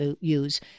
use